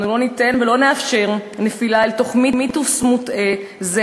אנו לא ניתן ולא נאפשר נפילה אל תוך מיתוס מוטעה זה,